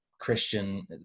Christian